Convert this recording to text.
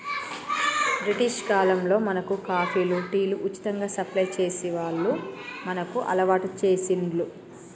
British కాలంలో మనకు కాఫీలు, టీలు ఉచితంగా సప్లై చేసి వాళ్లు మనకు అలవాటు చేశిండ్లు